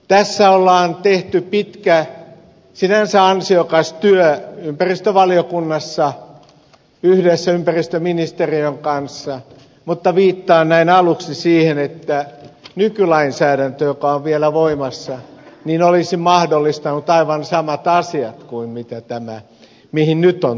tässä on tehty pitkä sinänsä ansiokas työ ympäristövaliokunnassa yhdessä ympäristöministeriön kanssa mutta viittaan näin aluksi siihen että nykylainsäädäntö joka on vielä voimassa olisi mahdollistanut aivan samat asiat kuin tämä mihin nyt on tultu